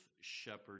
shepherd